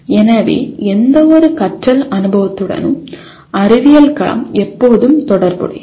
எனவே எந்தவொரு கற்றல் அனுபவத்துடனும் உளவியல் களம் எப்போதும் தொடர்புடையது